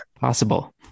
possible